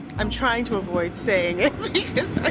i'm trying to avoid saying it, because i